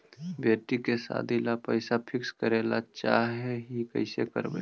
बेटि के सादी ल पैसा फिक्स करे ल चाह ही कैसे करबइ?